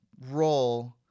role